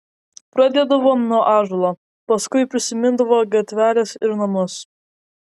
pradėdavo nuo ąžuolo paskui prisimindavo gatveles ir namus